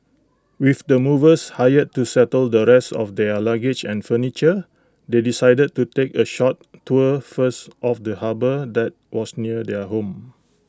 with the movers hired to settle the rest of their luggage and furniture they decided to take A short tour first of the harbour that was near their home